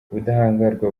ubudahangarwa